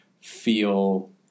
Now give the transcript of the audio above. feel